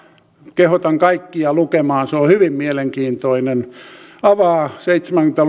kehotan kaikkia lukemaan se on hyvin mielenkiintoinen se avaa seitsemänkymmentä